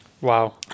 Wow